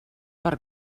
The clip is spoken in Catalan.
per